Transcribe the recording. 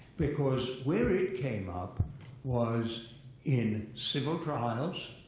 because where it came up was in civil trials.